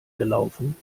gelaufen